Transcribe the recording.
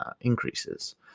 increases